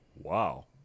Wow